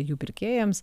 jų pirkėjams